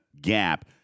gap